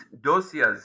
dossiers